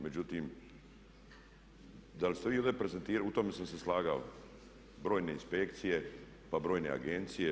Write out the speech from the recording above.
Međutim, da li ste vi ovdje prezentirali u tome sam se slagao, brojne inspekcije, pa brojne agencije.